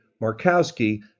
markowski